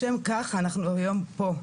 לשם כך אנחנו היום פה,